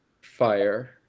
fire